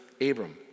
Abram